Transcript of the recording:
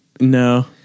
no